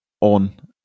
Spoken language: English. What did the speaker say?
on